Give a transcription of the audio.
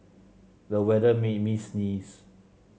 the weather made me sneeze